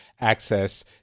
access